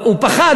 הוא פחד,